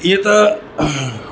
इअं त